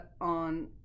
on